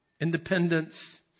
independence